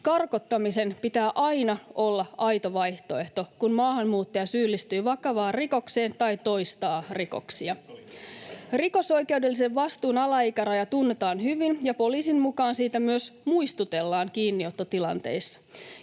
Karkottamisen pitää aina olla aito vaihtoehto, kun maahanmuuttaja syyllistyy vakavaan rikokseen tai toistaa rikoksia. Rikosoikeudellisen vastuun alaikäraja tunnetaan hyvin, ja poliisin mukaan siitä myös muistutellaan kiinniottotilanteissa.